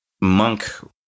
monk